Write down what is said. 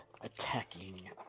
attacking